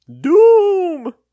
Doom